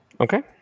Okay